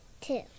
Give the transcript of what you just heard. Two